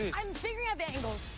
ah i'm figuring out the angles.